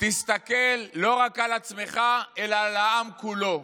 תסתכל לא רק על עצמך אלא על העם כולו.